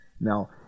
Now